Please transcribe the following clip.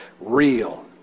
real